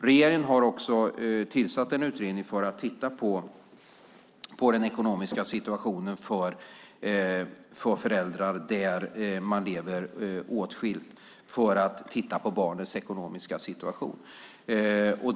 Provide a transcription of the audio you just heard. Regeringen har också tillsatt en utredning för att titta på den ekonomiska situationen för föräldrar som lever åtskilda för att se hur barnens ekonomiska situation ser ut.